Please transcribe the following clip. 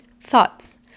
Thoughts